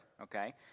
okay